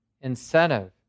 incentive